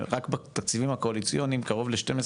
רק בתקציבים הקואליציוניים קרוב ל-12